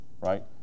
right